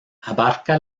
abarca